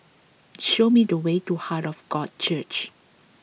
show me the way to Heart of God Church